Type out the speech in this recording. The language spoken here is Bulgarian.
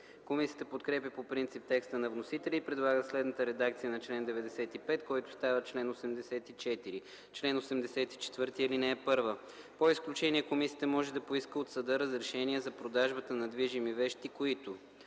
Комисията подкрепя по принцип текста на вносителя и предлага следната редакция на чл. 95, който става чл. 84: „Чл. 84 (1) По изключение комисията може да поиска от съда разрешение за продажба на движими вещи които: